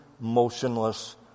motionless